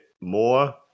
more